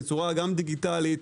בצורה דיגיטלית.